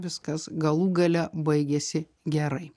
viskas galų gale baigėsi gerai